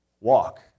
walk